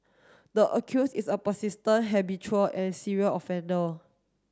the accuse is a persistent habitual and serial offender